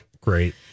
great